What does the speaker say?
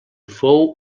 fou